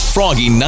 Froggy